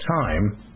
time